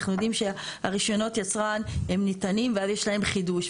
אנחנו יודעים שרישיונות היצרן הם ניתנים ואז יש להם חידוש.